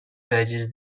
purges